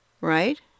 right